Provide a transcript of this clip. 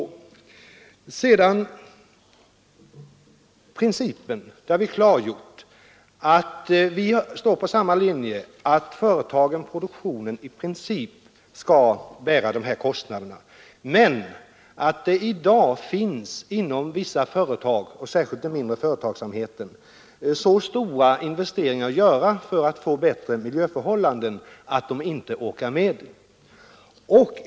I fråga om principen har vi klargjort att vi står på samma linje: företagen-produktionen skall i princip bära de här kostnaderna, men vissa företag — särskilt den mindre företagsamheten — har i dag så stora investeringar att göra för att få till stånd bättre miljöförhållanden att de inte orkar med det.